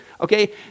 Okay